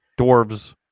Dwarves